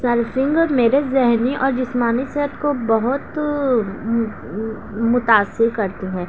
surfing اور میرے ذہنی اور جسمانی صحت کو بہت متاثر کرتی ہیں